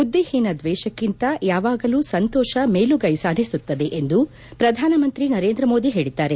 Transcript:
ಬುದ್ದಿಹೀನ ದ್ವೇಷಕ್ಕಿಂತ ಯಾವಾಗಲೂ ಸಂತೋಷ ಮೇಲುಗೈ ಸಾಧಿಸುತ್ತದೆ ಎಂದು ಪ್ರಧಾನಮಂತ್ರಿ ನರೇಂದ್ರ ಮೋದಿ ಇಂದು ಹೇಳಿದ್ದಾರೆ